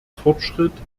fortschritt